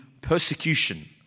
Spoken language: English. persecution